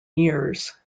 years